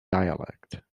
dialect